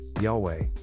Yahweh